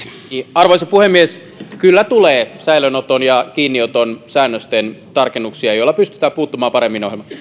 arvoisa puhemies kyllä tulee säilöönoton ja kiinnioton säännösten tarkennuksia joilla pystytään puuttumaan paremmin ongelmaan